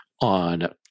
on